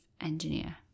engineer